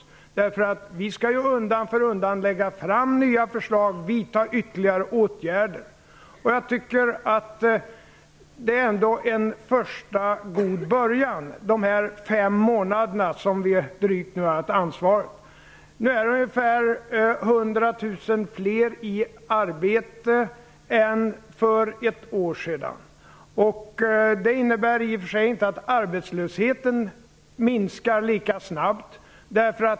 Vi skall undan för undan lägga fram nya förslag och vidta ytterligare åtgärder. Det är ändå en god början, de drygt fem månader som vi har haft ansvaret. Nu är ungefär 100 000 fler i arbete än för ett år sedan. Det innebär i och för sig inte att arbetslösheten minskar lika snabbt.